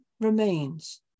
remains